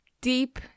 deep